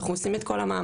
אנחנו עושים את כל המאמץ.